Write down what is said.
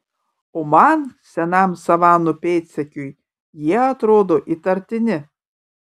o man senam savanų pėdsekiui jie atrodo įtartini